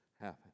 happen